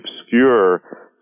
obscure